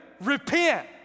repent